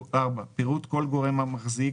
פירוט כל גורם מחזיק,